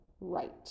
right